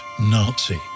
Nazi